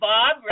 Bob